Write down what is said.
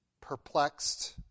perplexed